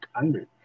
angry